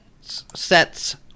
sets